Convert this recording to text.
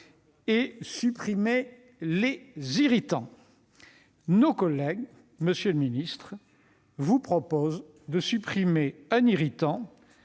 et supprimer les irritants. Nos collègues, monsieur le secrétaire d'État, vous proposent de supprimer un irritant